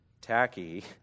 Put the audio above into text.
tacky